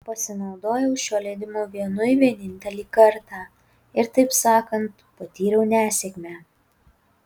pasinaudojau šiuo leidimu vienui vienintelį kartą ir taip sakant patyriau nesėkmę